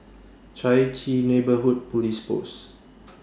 Chai Chee Neighbourhood Police Post